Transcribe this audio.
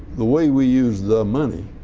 the way we used the money